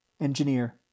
Engineer